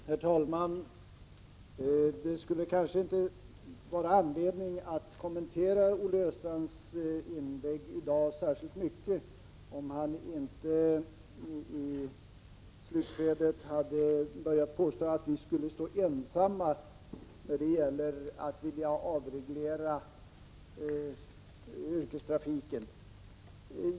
Herr talman! Det skulle inte finnas anledning att kommentera Olle Östrands inlägg i dag särskilt mycket om han inte i slutskedet av sitt anförande hade börjat påstå att vi skulle stå ensamma om att vilja avreglera yrkestrafiken.